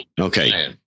okay